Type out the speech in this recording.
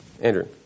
Andrew